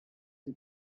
can